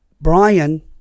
Brian